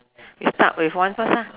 you start with one first ah